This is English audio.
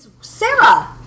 Sarah